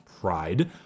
pride